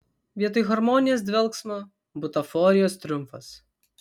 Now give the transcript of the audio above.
vietoj harmonijos dvelksmo butaforijos triumfas